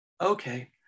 Okay